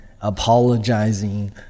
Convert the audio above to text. apologizing